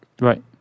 Right